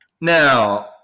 now